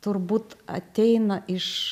turbūt ateina iš